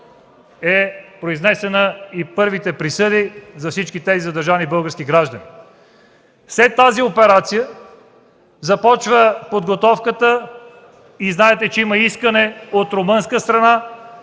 са произнесени първите присъди за всички задържани български граждани. След тази операция започва подготовката. Знаете, че има искане от румънска страна